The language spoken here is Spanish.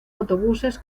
autobuses